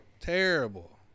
Terrible